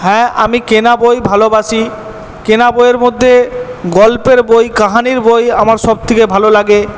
হ্যাঁ আমি কেনা বই ভালোবাসি কেনা বইয়ের মধ্যে গল্পের বই কাহিনীর বই আমার সব থেকে ভালো লাগে